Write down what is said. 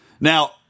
Now